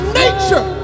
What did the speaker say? nature